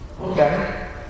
Okay